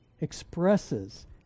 expresses